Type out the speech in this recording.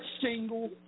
single